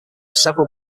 several